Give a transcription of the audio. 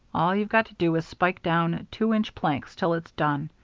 all you've got to do is spike down two-inch planks till it's done,